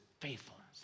faithfulness